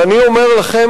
ואני אומר לכם,